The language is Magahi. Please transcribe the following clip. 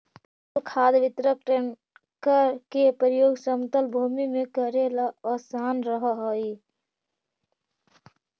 तरल खाद वितरक टेंकर के प्रयोग समतल भूमि में कऽरेला असान रहऽ हई